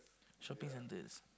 shopping centres